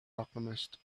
alchemist